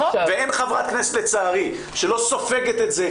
אין חברי כנסת שלא סופגים את זה,